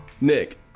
Nick